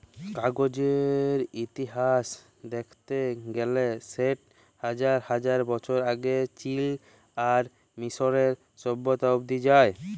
কাগজের ইতিহাস দ্যাখতে গ্যালে সেট হাজার হাজার বছর আগে চীল আর মিশরীয় সভ্যতা অব্দি যায়